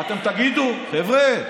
אתם תגידו: חבר'ה,